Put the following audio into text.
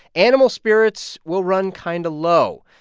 animal spirits will run kind of low.